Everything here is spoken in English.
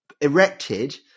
erected